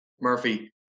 Murphy